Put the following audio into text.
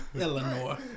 Eleanor